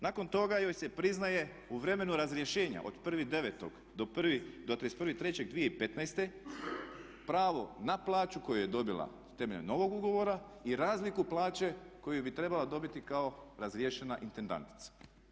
Nakon toga joj se priznaje u vremenu razrješenja od 1.9. do 31.3.2015. pravo na plaću koju je dobila temeljem novog ugovora i razliku plaće koju bi trebala dobiti kao razriješena intendantica.